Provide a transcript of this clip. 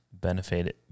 benefited